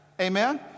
amen